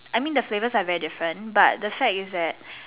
I mean the flavours are very different but the fact is that